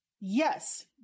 Yes